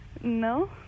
No